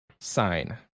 Sign